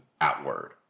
outward